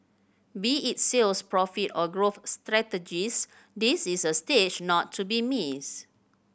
be it sales profit or growth strategies this is a stage not to be missed